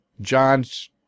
John's